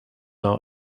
are